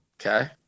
Okay